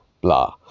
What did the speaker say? blah